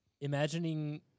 imagining